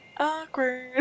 awkward